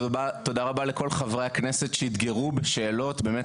תודה רבה לכל חברי הכנסת שאתגרו בשאלות באמת